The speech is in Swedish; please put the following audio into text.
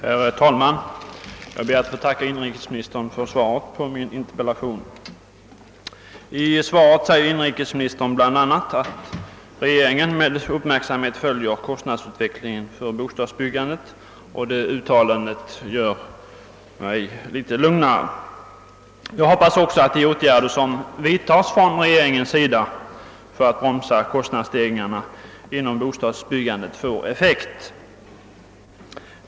Herr talman! Jag ber att få tacka inrikesministern för svaret på min interpellation. I svaret säger inrikesministern bl.a. att regeringen med uppmärksamhet följer kostnadsutvecklingen för bostadsbyggandet, och det uttalandet gör mig litet lugnare. Jag hoppas också att de åtgärder som vidtas från regeringens sida för att bromsa kostnadsstegringen inom bostadsbyggandet får effekt.